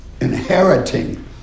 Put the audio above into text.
inheriting